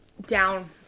down